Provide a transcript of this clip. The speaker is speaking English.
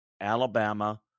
Alabama